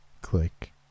click